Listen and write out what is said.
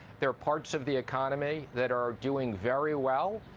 there are parts of the economy that are doing very well.